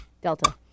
Delta